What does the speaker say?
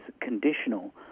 conditional